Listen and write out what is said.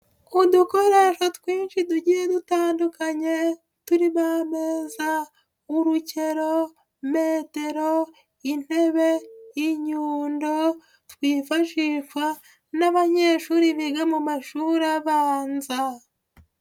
Udukoresho twinshi tugiye dutandukanye turimo ameza, urukero, metero, intebe, inyundo, twifashishwa n'abanyeshuri biga mu mashuri abanza.